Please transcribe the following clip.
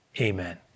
Amen